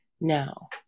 Now